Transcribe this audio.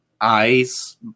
eyes